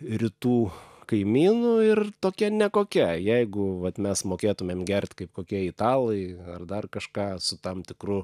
rytų kaimynų ir tokia nekokia jeigu vat mes mokėtumėm gert kaip kokie italai ar dar kažką su tam tikru